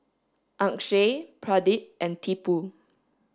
Akshay Pradip and Tipu